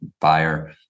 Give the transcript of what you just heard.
buyer